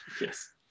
Yes